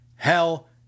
Hell